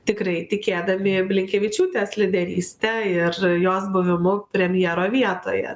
tikrai tikėdami blinkevičiūtės lyderyste ir jos buvimu premjero vietoje